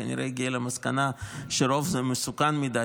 וכנראה הגיע למסקנה שרוב זה מסוכן מדי,